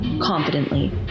confidently